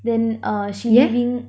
then uh she leaving